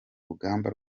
rugamba